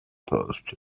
post